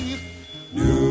New